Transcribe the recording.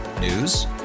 News